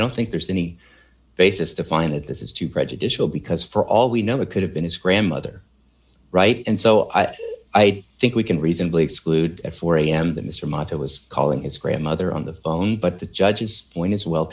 don't think there's any basis to find that this is too prejudicial because for all we know it could have been his grandmother right and so i ringback i think we can reasonably exclude at four am the mr moto was calling his grandmother on the phone but the judge's point is well